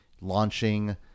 launching